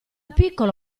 piccolo